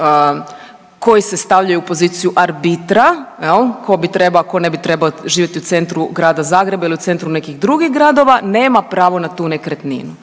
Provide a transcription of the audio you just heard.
koji se stavljaju u poziciju arbitra tko bi trebao, a tko ne bi trebao živjeti u centru grada Zagreba ili u centru nekih drugih gradova nema pravo na tu nekretninu.